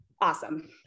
awesome